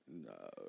No